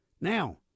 Now